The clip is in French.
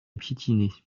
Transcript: piétiner